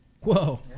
whoa